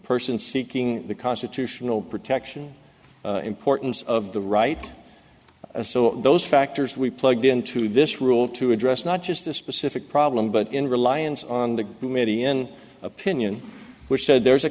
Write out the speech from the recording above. person seeking the constitutional protection importance of the right and so those factors we plugged into this rule to address not just the specific problem but in reliance on the median opinion which said there's a